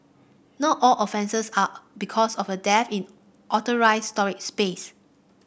not all offences are because of a dearth in authorised storage space